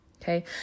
Okay